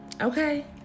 Okay